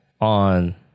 on